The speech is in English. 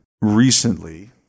recently